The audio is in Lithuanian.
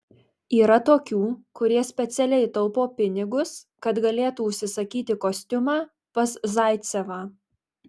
yra tokių kurie specialiai taupo pinigus kad galėtų užsisakyti kostiumą pas zaicevą